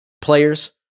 players